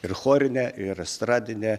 ir chorinė ir estradinė